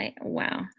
Wow